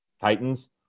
Titans